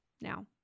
Now